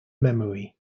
memory